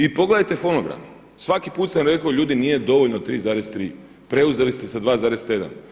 I pogledajte fonograme, svaki put sam rekao ljudi nije dovoljno 3,3, preuzeli ste sa 2,7.